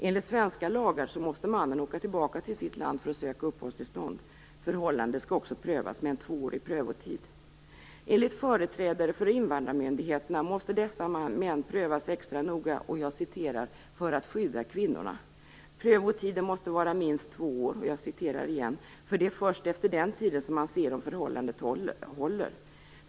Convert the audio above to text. Enligt svenska lagar måste mannen åka tillbaka till sitt land för att söka uppehållstillstånd. Förhållandet skall också prövas, med en tvåårig prövotid. Enligt företrädare för invandrarmyndigheterna måste dessa män prövas extra noga "för att skydda kvinnorna". Prövotiden måste vara minst två år "för det är först efter den tiden som man ser om förhållandet håller".